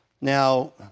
Now